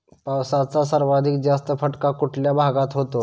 पावसाचा सर्वाधिक जास्त फटका कुठल्या भागात होतो?